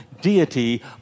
deity